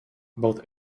both